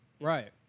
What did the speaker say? Right